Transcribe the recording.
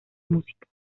música